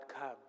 Come